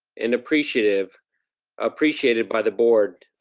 and appreciated appreciated by the board.